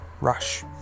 rush